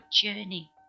journey